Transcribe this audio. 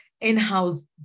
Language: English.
in-house